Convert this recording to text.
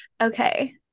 Okay